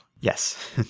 Yes